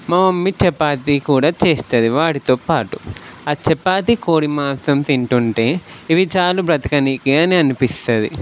మా మమ్మీ చపాతి కూడా చేస్తుంది వాడితోపాటు ఆ చపాతి కోడి మాంసం తింటుంటే ఇవి చాలు బ్రతకనీకి అని అనిపిస్తుంది